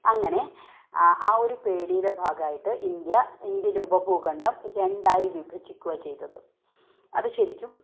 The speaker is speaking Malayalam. അങ്ങനെ ആ ഒരു പേടിയുടെ ഭാഗമായിട്ട് ഇന്ത്യ ഇന്ത്യന് രൂപ ഭൂഖണ്ഡം രണ്ടായിട്ട് വിഭജിക്കുവായി ചെയ്തത് അത് ശരിക്കും